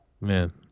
Man